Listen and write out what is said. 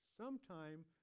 sometime